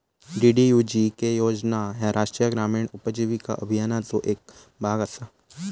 DDUGK योजना ह्या राष्ट्रीय ग्रामीण उपजीविका अभियानाचो येक भाग असा